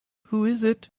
who is it?